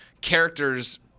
characters